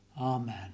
Amen